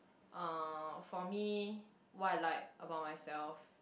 uh for me what I like about myself